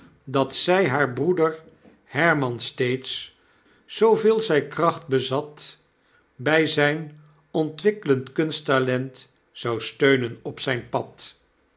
dat zij haar broeder herman steeds zooveel zy kracht bezat by zyn ontwikklend kunsttalent zou steunen op zyn pad